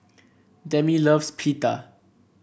Demi loves Pita